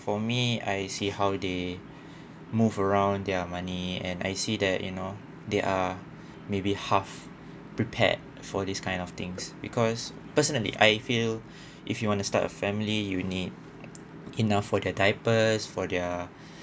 for me I see how they move around their money and I see that you know they are maybe half prepared for this kind of things because personally I feel if you want to start a family you need enough for their diapers for their